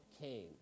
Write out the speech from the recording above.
came